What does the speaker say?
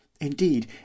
Indeed